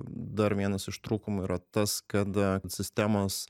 dar vienas iš trūkumų yra tas kad sistemos